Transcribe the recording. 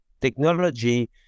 technology